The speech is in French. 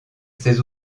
ses